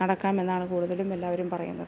നടക്കാമെന്നാണ് കൂടുതലും എല്ലാവരും പറയുന്നത്